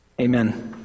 Amen